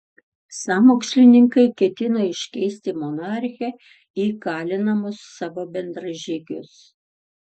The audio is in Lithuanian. sąmokslininkai ketino iškeisti monarchę į kalinamus savo bendražygius